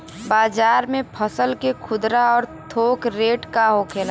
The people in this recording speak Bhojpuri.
बाजार में फसल के खुदरा और थोक रेट का होखेला?